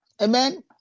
Amen